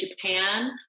Japan